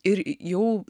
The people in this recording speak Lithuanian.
ir jau